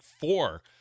four